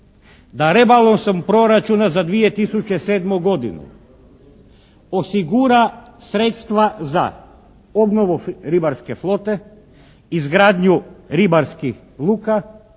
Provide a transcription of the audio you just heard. da rebalansom proračuna za 2007. godinu osigura sredstva za obnovu ribarske flote, izgradnju ribarskih luka,